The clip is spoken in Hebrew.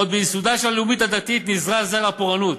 עוד בייסודה של הלאומיות הדתית נזרע זרע הפורענות.